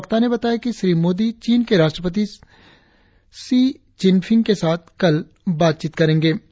प्रवक्ता ने बताया कि श्री मोदी चीन के राष्ट्रपति षी चिनफिंग के साथ कल बातचीत करेंगे